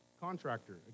Contractor